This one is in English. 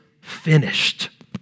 finished